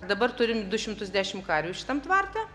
dabar turim du šimtus dešimt karvių šitam tvarte